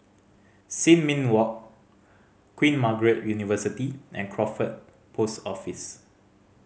Sin Ming Walk Queen Margaret University and Crawford Post Office